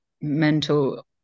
mental